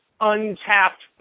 untapped